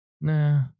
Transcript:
Nah